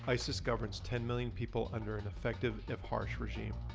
isis governs ten million people under an effective, if harsh, regime.